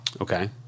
okay